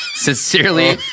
Sincerely